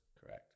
correct